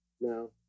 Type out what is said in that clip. No